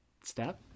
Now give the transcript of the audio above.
step